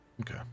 Okay